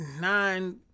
nine